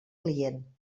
client